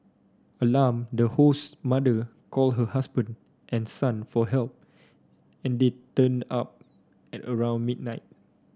alarmed the host's mother called her husband and son for help and they turned up at around midnight